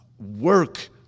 work